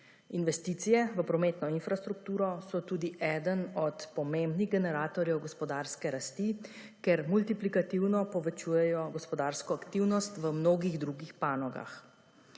Investicije v prometno infrastrukturo so tudi eden od pomembnih generatorjev gospodarske rasti, ker multiplikativno povečujejo gospodarsko aktivnost v mnogih drugih panogah.